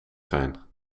zijn